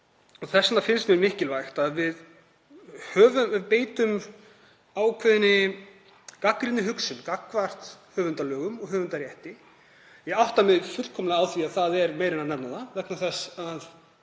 Þess vegna finnst mér mikilvægt að við beitum ákveðinni gagnrýninni hugsun gagnvart höfundalögum og höfundarétti. Ég átta mig fullkomlega á því að það er meira en að nefna það vegna þess að